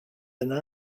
yna